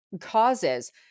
causes